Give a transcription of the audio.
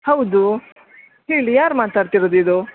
ಹೌದು ಹೇಳಿ ಯಾರು ಮಾತಾಡ್ತಿರೋದು ಇದು